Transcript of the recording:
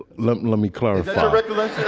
let and let me clarify